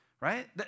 right